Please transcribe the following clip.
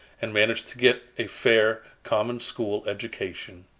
and managed to get a fair, common-school education.